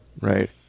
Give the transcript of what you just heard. Right